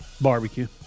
Barbecue